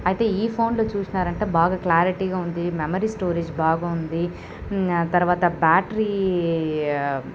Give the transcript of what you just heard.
అయితే ఈ ఫోన్లో చూసినారంటే బాగా క్లారిటీగా ఉంది మెమొరీ స్టోరీజ్ బాగుంది తర్వాత బ్యాటరీ